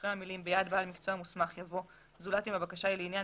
אחרי המילים "ביד בעל מקצוע מוסמך" יבוא "זולת אם הבקשה היא לעניין